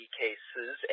cases